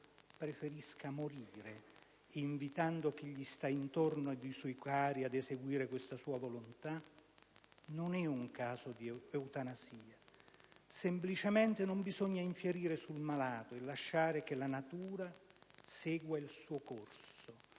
preferisce morire, invitando chi gli sta intorno ed i suoi cari ad eseguire questa sua volontà? Non è un caso di eutanasia. Semplicemente non bisogna infierire sul malato, e lasciare che la natura segua il suo corso".